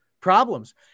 problems